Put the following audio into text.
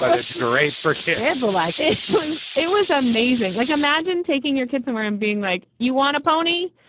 but it's great for kids alike it was it was amazing. like, imagine taking your kids to and where i'm being. like, you want a pony?